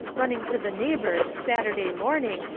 running to the neighbours saturday morning,